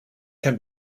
can